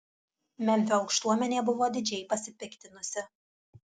memfio aukštuomenė buvo didžiai pasipiktinusi